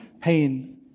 pain